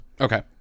Okay